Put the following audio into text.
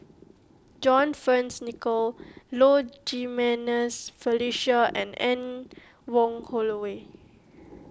John Fearns Nicoll Low Jimenez Felicia and Anne Wong Holloway